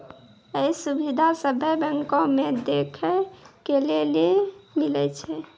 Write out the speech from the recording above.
इ सुविधा सभ्भे बैंको मे देखै के लेली मिलै छे